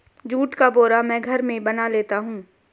जुट का बोरा मैं घर में बना लेता हूं